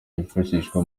byifashishwa